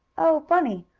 oh, bunny!